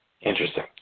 Interesting